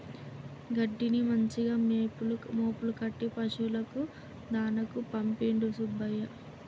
గడ్డిని మంచిగా మోపులు కట్టి పశువులకు దాణాకు పంపిండు సుబ్బయ్య